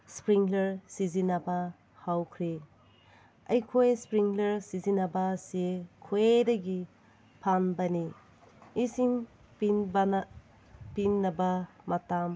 sprinkler ꯁꯤꯖꯤꯟꯅꯕ ꯍꯧꯈ꯭ꯔꯦ ꯑꯩꯈꯣꯏ ꯏꯁꯄ꯭ꯔꯤꯡꯂꯔ ꯁꯤꯖꯤꯟꯅꯕꯁꯤ ꯈ꯭ꯋꯥꯏꯗꯒꯤ ꯐꯕꯅꯤ ꯏꯁꯤꯡ ꯄꯤꯕꯅ ꯄꯤꯅꯕ ꯃꯇꯝ